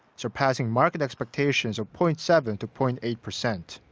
surpassing market expectations of point seven to point eight percent.